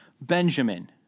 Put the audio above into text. Benjamin